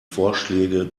vorschläge